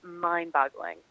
mind-boggling